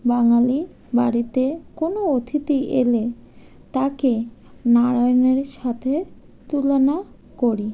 বাঙালি বাড়িতে কোনো অতিথি এলে তাকে নারায়ণের সাথে তুলনা করি